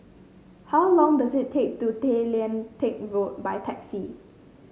how long does it take to Tay Lian Teck Road by taxi